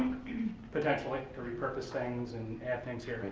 potentially, to repurpose things and add things here.